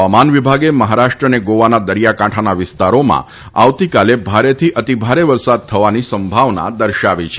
હવામાન વિભાગે મહારાષ્ટ્ર અને ગોવાના દરિયાકાંઠાના વિસ્તારોમાં આવતીકાલે ભારેથી અતિભારે વરસાદ થવાની સંભાવના દર્શાવી છે